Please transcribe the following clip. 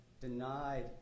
denied